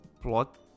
plot